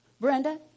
Brenda